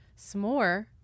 s'more